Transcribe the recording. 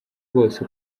bose